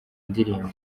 ndirimbo